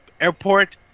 airport